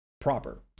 proper